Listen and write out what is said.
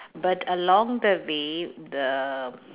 but along the way the